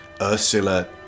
Ursula